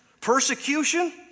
Persecution